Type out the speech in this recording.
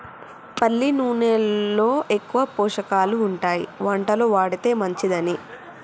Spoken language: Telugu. పల్లి నూనెలో ఎక్కువ పోషకాలు ఉంటాయి వంటలో వాడితే మంచిదని